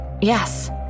Yes